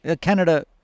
Canada